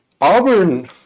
Auburn